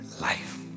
life